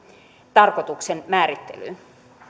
tarkoituksen määrittelyyn